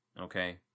Okay